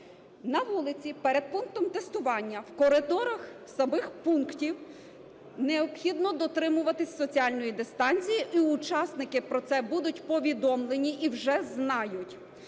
На вулиці, перед пунктом тестування, в коридорах самих пунктів необхідно дотримуватись соціальної дистанції. І учасники про це будуть повідомлені і вже знають.